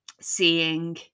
seeing